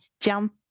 jump